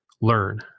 learn